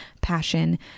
passion